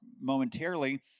momentarily